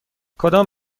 کدام